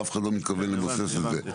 אף אחד לא מתכוון למוס אותן.